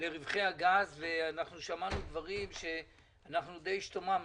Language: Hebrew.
לרווחי הגז ושמענו דברים שדי השתוממנו,